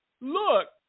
Look